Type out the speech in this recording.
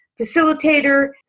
facilitator